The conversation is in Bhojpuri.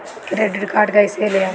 क्रेडिट कार्ड कईसे लेहम?